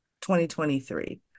2023